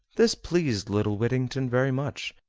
this pleased little whittington very much,